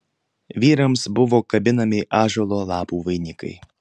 vyrams buvo kabinami ąžuolo lapų vainikai